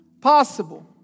possible